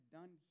done